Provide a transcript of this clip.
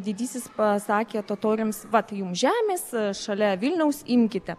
didysis pasakė totoriams vat jum žemės šalia vilniaus imkite